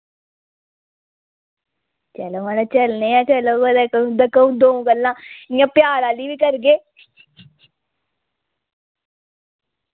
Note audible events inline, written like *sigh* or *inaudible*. चलो मड़ो चलने आं चलो कुतै *unintelligible* दो गल्लां इ'य्यां प्यार आह्ली बी करगे